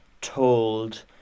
told